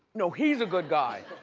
no, he's a good guy,